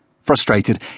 Frustrated